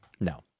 No